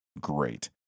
great